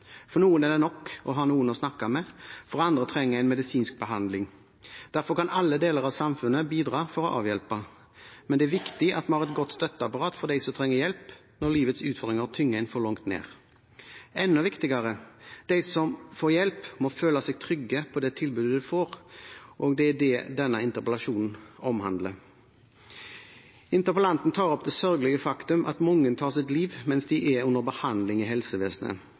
For noen er det nok å ha noen å snakke med, andre trenger medisinsk behandling. Derfor kan alle deler av samfunnet bidra for å avhjelpe. Men det er viktig at vi har et godt støtteapparat for dem som trenger hjelp når livets utfordringer tynger en for langt ned. Enda viktigere: De som får hjelp, må føle seg trygge på det tilbudet de får. Det er det denne interpellasjonen omhandler. Interpellanten tar opp det sørgelige faktum at mange tar sitt liv mens de er under behandling i helsevesenet.